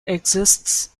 exists